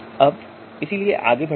अब चलिए आगे बढ़ते हैं